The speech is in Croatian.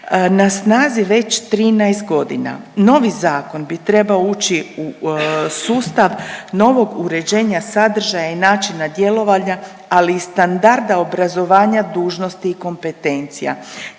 na snazi već 13 godina. Novi zakon bi trebao ući u sustav novog uređenja sadržaja i načina djelovanja ali i standarda obrazovanja dužnosti i kompetencija.